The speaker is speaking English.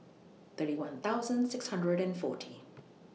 thirty one thousand six hundred and forty